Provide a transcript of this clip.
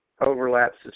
overlaps